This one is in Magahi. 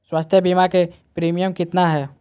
स्वास्थ बीमा के प्रिमियम कितना है?